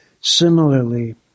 Similarly